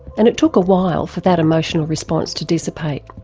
and it took a while for that emotional response to dissipate.